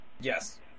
Yes